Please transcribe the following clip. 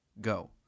Go